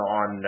on